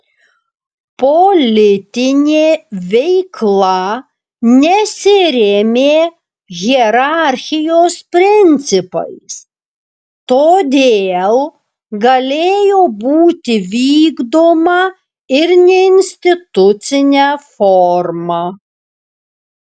politinė veikla nesirėmė hierarchijos principais todėl galėjo būti vykdoma ir neinstitucine forma